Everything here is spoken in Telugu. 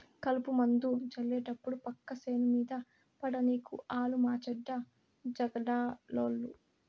కలుపుమందు జళ్లేటప్పుడు పక్క సేను మీద పడనీకు ఆలు మాచెడ్డ జగడాలోళ్ళు